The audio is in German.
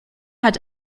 hat